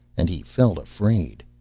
and he felt afraid.